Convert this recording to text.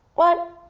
what?